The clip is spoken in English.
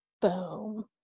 boom